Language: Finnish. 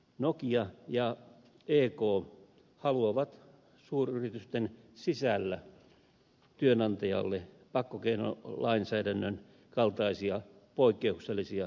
nokia ja ek haluavat suuryritysten sisällä työnantajalle pakkokeinolainsäädännön kaltaisia poikkeuksellisia oikeuksia